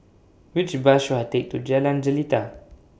Which Bus should I Take to Jalan Jelita